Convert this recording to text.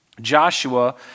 Joshua